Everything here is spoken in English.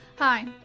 Hi